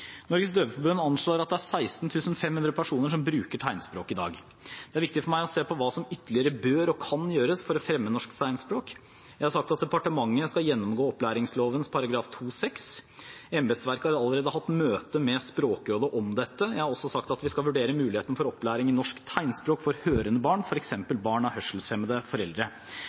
Norges Døveforbund anslår at det er 16 500 personer som bruker tegnspråk i dag. Det er viktig for meg å se på hva som ytterligere bør og kan gjøres for å fremme norsk tegnspråk. Jeg har sagt at departementet skal gjennomgå opplæringsloven § 2-6. Embetsverket har allerede hatt møte med Språkrådet om dette. Jeg har også sagt at vi skal vurdere muligheten for opplæring i norsk tegnspråk for hørende barn, f.eks. barn som har hørselshemmede foreldre.